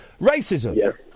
Racism